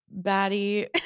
baddie